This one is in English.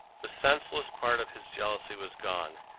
the senseless part of his jealousy was gone,